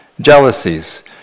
jealousies